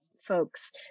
folks